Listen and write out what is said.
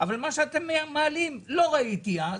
אבל מה שאתם מעלים לא ראיתי אז,